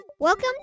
Welcome